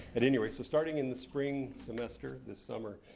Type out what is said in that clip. at any rate. so starting in the spring semester, this summer,